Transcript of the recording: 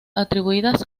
atribuidas